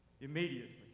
immediately